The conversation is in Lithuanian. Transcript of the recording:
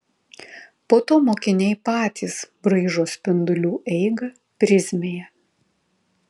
po to mokiniai patys braižo spindulių eigą prizmėje